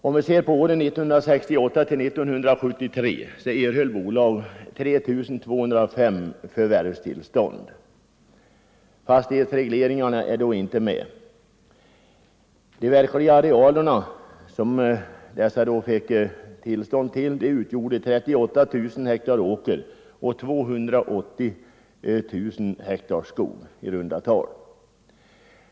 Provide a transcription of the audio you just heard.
Åren 1968-1973 erhöll bolag 3 205 förvärvstillstånd. Fastighetsregleringarna är då inte medräknade. De arealer som ingick uppskattas till i runda tal 38 000 hektar åker och 280 000 hektar skog.